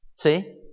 See